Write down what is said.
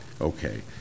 Okay